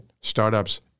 Startups